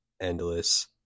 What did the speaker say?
endless